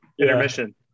intermission